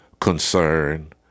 concern